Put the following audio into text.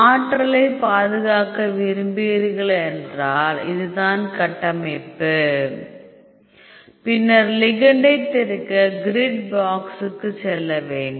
ஆற்றலை பாதுகாக்க விரும்புகிறீர்கள் என்றால் இதுதான் கட்டமைப்பு பின்னர் லிகெண்டை திறக்க கிரிட் பாக்ஸ்க்கு செல்ல வேண்டும்